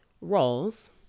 roles